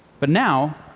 but now,